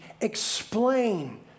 explain